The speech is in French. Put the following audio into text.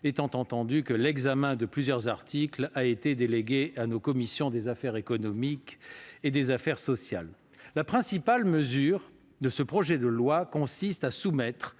étant entendu que l'examen de plusieurs articles a été délégué à nos commissions des affaires économiques et des affaires sociales. La principale mesure de ce projet de loi consiste à soumettre